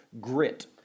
Grit